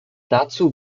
dazu